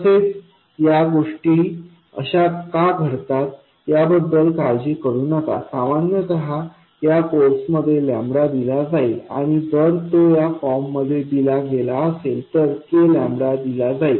तसेच या गोष्टी अशा का घडतात याबद्दल काळजी करू नका सामान्यत या कोर्समध्ये दिला जाईल किंवा जर तो या फॉर्म दिला गेला असेल तर k दिला जाईल